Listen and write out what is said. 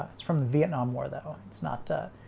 it's from the vietnam war though. it's not ah,